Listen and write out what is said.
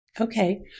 Okay